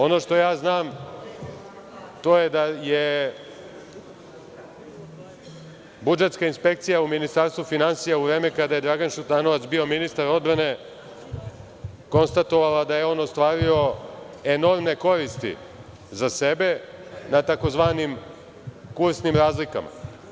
Ono što ja znam, to je da je budžetska inspekcija u Ministarstvu finansija, u vreme kada je Dragan Šutanovac bio ministar odbrane, konstatovala da je on ostvario enormne koristi za sebe na tzv. kursnim razlikama.